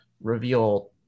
reveal